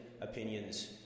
opinions